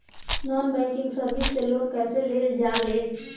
Non banking service से loan कैसे लेल जा ले?